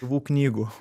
gyvų knygų